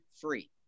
free